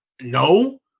No